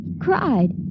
cried